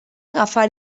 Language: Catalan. agafar